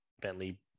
Bentley